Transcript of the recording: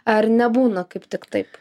ar nebūna kaip tik taip